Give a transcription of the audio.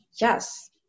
Yes